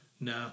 No